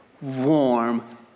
warm